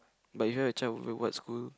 but you have a child wait what school